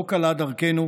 לא קלה דרכנו,